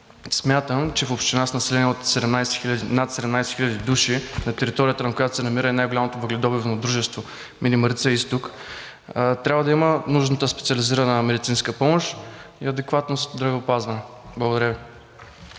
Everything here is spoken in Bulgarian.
Смятам, че в община с население от над 17 хиляди души, на територията на която се намира и най-голямото въгледобивно дружество – „Мини Марица-изток“, трябва да има нужната специализирана медицинска помощ и адекватно здравеопазване. Благодаря Ви.